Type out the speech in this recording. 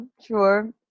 sure